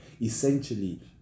essentially